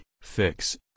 fix